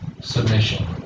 submission